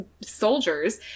soldiers